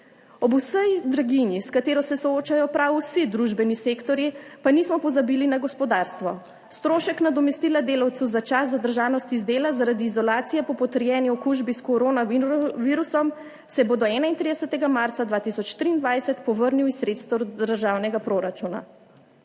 Ob vsej draginji, s katero se soočajo prav vsi družbeni sektorji, pa nismo pozabili na gospodarstvo. Strošek nadomestila delavcu za čas zadržanosti z dela zaradi izolacije po potrjeni okužbi s koronavirus virusom se bo do 31. marca 2023 povrnil iz sredstev državnega proračuna.